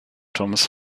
thomas